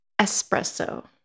Espresso